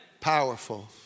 Powerful